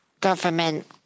government